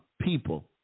people